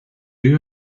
you